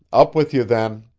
up with you then!